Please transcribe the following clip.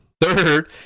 Third